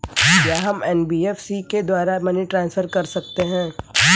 क्या हम एन.बी.एफ.सी के द्वारा मनी ट्रांसफर कर सकते हैं?